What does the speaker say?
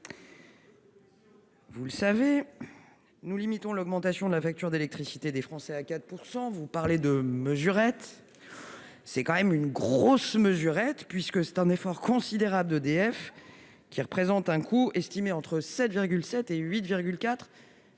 Vous le savez nous limitons l'augmentation de la facture d'électricité des Français à 4 % vous parlez de mesurettes, c'est quand même une grosse mesurettes puisque c'est un effort considérable d'EDF qui représente un coût estimé entre 7 7 et 8,4